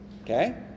Okay